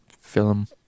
film